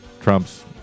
Trump's